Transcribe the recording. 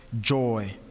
joy